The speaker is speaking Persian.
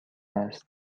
است